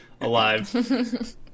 alive